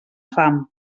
fam